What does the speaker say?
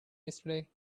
yesterday